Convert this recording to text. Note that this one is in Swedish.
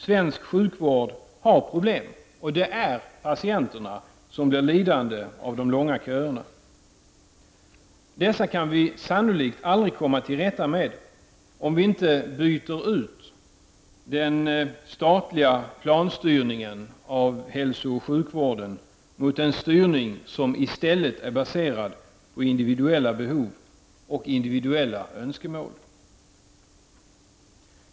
Svensk sjukvård har problem, och det är patienterna som blir lidande av de långa köerna. Dessa kan vi sannolikt aldrig komma till rätta med om vi inte byter ut den statliga planstyrningen av hälsooch sjukvården mot en styrning som i stället är baserad på individuella behov och individuella önskemål.